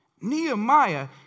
Nehemiah